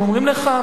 והם אומרים לך,